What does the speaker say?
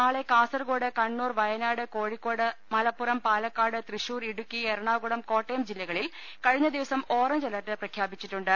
നാളെ കാസർകോട് കണ്ണൂർ വയനാട് കോഴിക്കോട് മലപ്പുറം പാലക്കാട് തൃശൂർ ഇടുക്കി എറണാകുളം കോട്ടയം ജില്ലകളിൽ കഴിഞ്ഞ ദിവസം ഓറഞ്ച് അലർട്ട് പ്രഖ്യാപിച്ചിട്ടുണ്ട്